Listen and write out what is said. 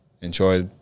Enjoy